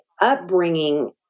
upbringing